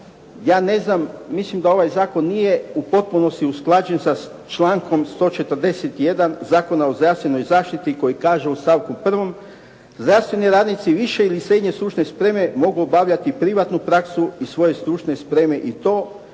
ja ne znam, mislim da ovaj zakon nije u potpunosti usklađen sa člankom 141. Zakona o zdravstvenoj zaštiti koji kaže u stavku 1. zdravstveni radnici više ili srednje stručne spreme mogu obavljati privatnu praksu iz svoje stručne spreme i to